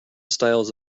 styles